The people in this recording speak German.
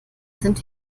sind